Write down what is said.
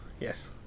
Yes